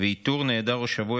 ואיתור נעדר או שבוי,